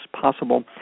possible